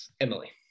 Emily